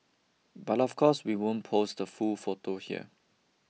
but of course we won't post the full photo here